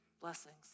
Blessings